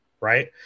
right